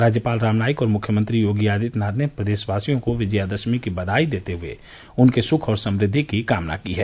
राज्यपाल राम नाईक और मुख्यमंत्री योगी आदित्यनाथ ने भी प्रदशेवासियों को विजयादशमी की बधाई देते हुए उनके सुख और समृद्वि की कामना की है